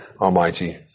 Almighty